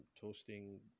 toasting